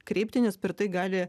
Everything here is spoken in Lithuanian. kreipti nes per tai gali